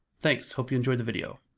thanks, hope you enjoyed the video.